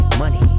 money